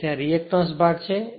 તેથી આ રીએકટન્સ છે